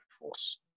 force